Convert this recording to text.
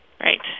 Right